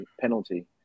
penalty